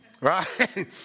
Right